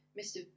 Mr